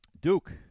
Duke